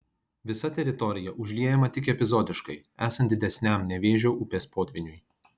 visa teritorija užliejama tik epizodiškai esant didesniam nevėžio upės potvyniui